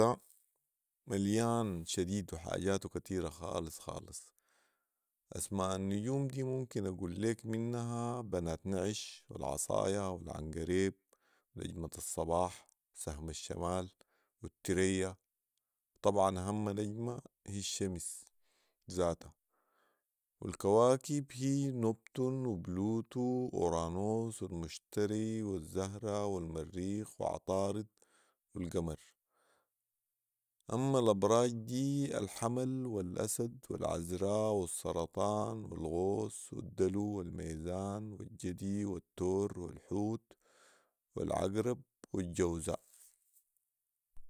ده مليان شديد وحاجاته دي كتيره خالص خالص أسماء النجوم دي ممكن اقول منها بنات نعش والعصايا والعنقريب ونجمة الصباح و سهم الشمال والتريا و طبعا اهم نجمه هي الشمس ذاتها والكواكب هي نبتون و بلوتو و اورانوس والمشتري و الزهرة و المريخ و عطارد و القمر .أما الأبراج دي الحمل والاسد و العذراء و السرطان و القوس والدلو و الميزان والجدي والتور والحوت و العقرب و الجوزاء